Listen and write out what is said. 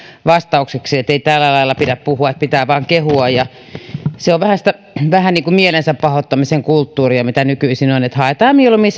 vastaukseksi ettei tällä lailla pidä puhua että pitää vain kehua se on vähän niin kuin mielensä pahoittamisen kulttuuria mitä nykyisin on mutta haetaan mieluummin